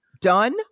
done